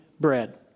bread